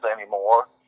anymore